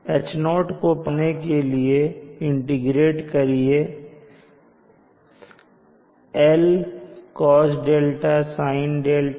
H0 को पाने के लिए इंटीग्रेट करिए कृपया स्लाइड में देखें